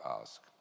ask